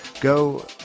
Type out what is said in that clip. go